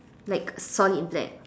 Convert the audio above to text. like solid black